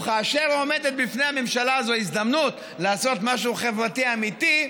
וכאשר עומדת בפני הממשלה זו הזדמנות לעשות משהו חברתי אמיתי,